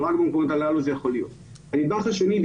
הנדבך השני.